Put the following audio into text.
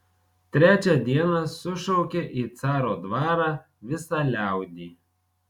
trečią dieną sušaukė į caro dvarą visą liaudį